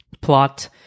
plot